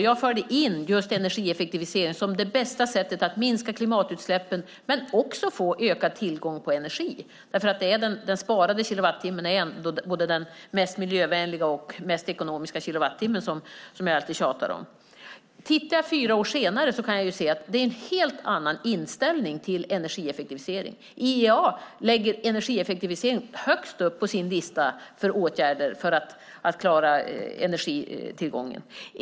Jag förde in just energieffektivisering som det bästa sättet att minska klimatutsläppen men också få ökad tillgång på energi därför att den sparade kilowattimmen är både den mest miljövänliga och den mest ekonomiska kilowattimmen, vilket jag alltid tjatar om. När jag tittar hur det är fyra år senare kan jag se att det är en helt annan inställning till energieffektivisering. IEA sätter energieffektivisering högst upp på sin lista över åtgärder för att klara energitillgången.